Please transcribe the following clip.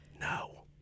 No